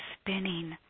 spinning